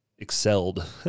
Excelled